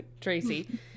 tracy